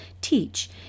teach